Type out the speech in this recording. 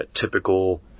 typical